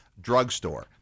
drugstore